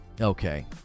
okay